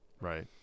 Right